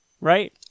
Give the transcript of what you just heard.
right